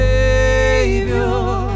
Savior